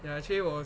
ya actually 我